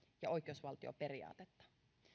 ja oikeusvaltioperiaatetta